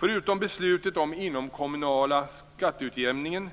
Förutom beslutet om inomkommunal skatteutjämning